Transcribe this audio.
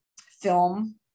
film